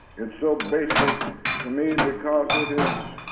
it's so basic to me because it is